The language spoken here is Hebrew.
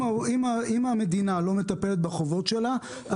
אם המדינה לא מטפלת בחובות שלה,